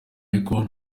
ariko